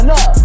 up